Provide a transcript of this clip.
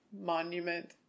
Monument